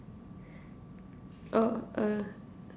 oh uh